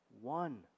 one